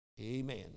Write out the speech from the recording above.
Amen